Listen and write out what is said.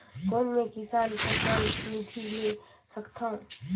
कौन मै किसान सम्मान निधि ले सकथौं?